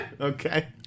okay